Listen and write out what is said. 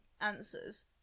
answers